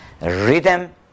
rhythm